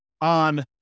on